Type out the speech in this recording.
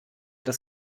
das